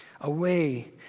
away